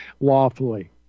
lawfully